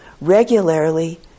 regularly